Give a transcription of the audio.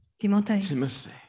Timothy